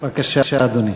בבקשה, אדוני.